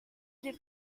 des